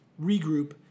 regroup